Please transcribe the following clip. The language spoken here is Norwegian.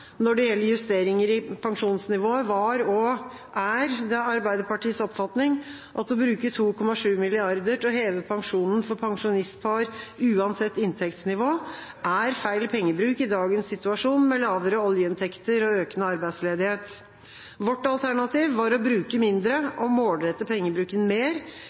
Når det gjelder justeringer i pensjonsnivå, var – og er – det Arbeiderpartiets oppfatning at å bruke 2,7 mrd. kr til å heve pensjonen for pensjonistpar, uansett inntektsnivå, er feil pengebruk i dagens situasjon med lavere oljeinntekter og økende arbeidsledighet. Vårt alternativ var å bruke mindre og målrette pengebruken mer.